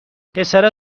پسرا